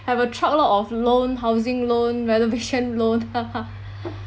have a truckload of loan housing loan renovation loan